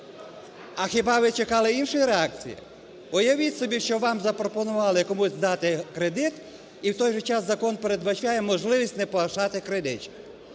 А хіба ви чекали іншої реакції? Уявіть собі, що вам запропонували комусь дати кредит і в той же час закон передбачає можливість не погашати кредит.